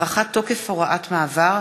(תיקון) (הארכת תוקף הוראת מעבר),